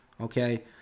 Okay